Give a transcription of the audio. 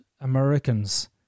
Americans